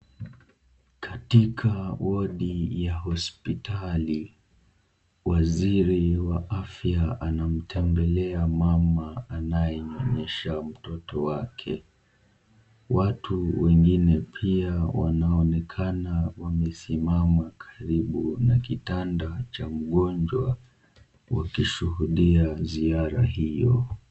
Katika wodi ya hosipitali ,waziri wa afya anamtembelea mama anayenyonyesha mtoto wake. Watu wengine pia wanaonekana wamesimama karibu na kitanda cha mgonjwa wakishuhudia ziara hiyo.